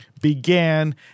began